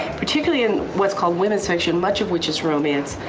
particularly in what's called women's fiction, much of which is romance,